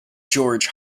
george